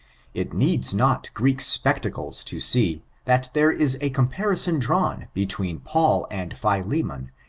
it needs not greek spectacles to see, that there is a comparison drawn between paul and philemon,